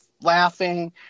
laughing